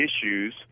issues